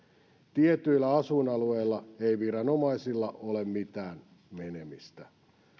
tietyille asuinalueille ei viranomaisilla ole mitään menemistä